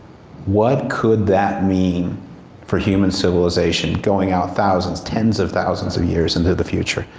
what could that mean for human civilization? going out thousands tens of thousands of years into the future?